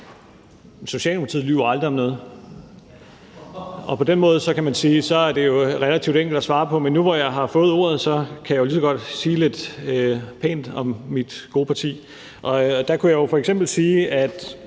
Socialdemokratiet lyver aldrig om noget, og på den måde kan man sige, at det jo er relativt enkelt at svare på. Men nu, hvor jeg har fået ordet, kan jeg jo lige så godt sige lidt pænt om mit gode parti. Og der kunne jeg jo f.eks. sige, at